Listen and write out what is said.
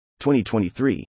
2023